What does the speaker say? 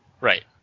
Right